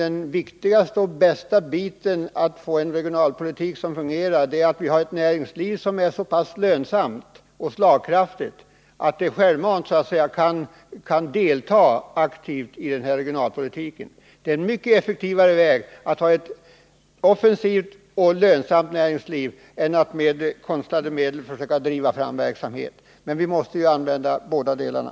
Den viktigaste och värdefullaste faktorn i strävandena att få en regionalpolitik som fungerar är nämligen att vi har ett så lönsamt och slagkraftigt näringsliv att det av sig självt aktivt kan bidra till regionalpolitiken. Det är mycket mera effektivt att ha ett offensivt och lönsamt näringsliv än att med konstlade medel försöka driva fram verksamhet, men vi måste gå fram på båda dessa vägar.